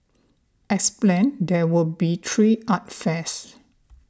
as planned there will be three art fairs